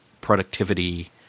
productivity